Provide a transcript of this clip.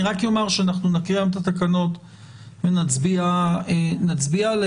רק אומר שנקריא היום את התקנות ונצביע עליהם.